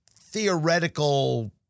theoretical